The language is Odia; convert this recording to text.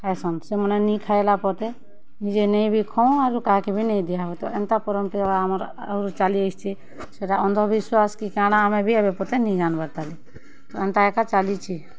ଖାଏସନ୍ ସେମାନେ ନି ଖାଏଲା ପତେ ନିଜେ ନାଇ ବି ଖାଉଁ ଆରୁ କାହାକେ ବି ନାଇ ଦିଆହୁଏ ଏନ୍ତା ପରମ୍ପରା ଆମର୍ ଆଗ୍ରୁ ଚାଲିଆସିଛେ ସେଟା ଅନ୍ଧବିଶ୍ୱାସ୍ କି କା'ଣା ଆମେ ବି ଏବେ ପତେ ନାଇ ଜାଣ୍ବାର୍ ତାଲି ଏନ୍ତା ଏକା ଚାଲିଛେ